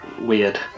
weird